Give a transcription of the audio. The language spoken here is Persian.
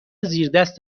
زیردست